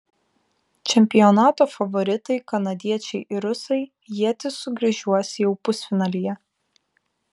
čempionato favoritai kanadiečiai ir rusai ietis sukryžiuos jau pusfinalyje